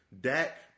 Dak